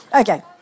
Okay